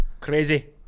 crazy